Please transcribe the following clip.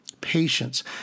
patience